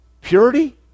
Purity